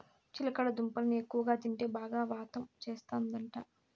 చిలకడ దుంపల్ని ఎక్కువగా తింటే బాగా వాతం చేస్తందట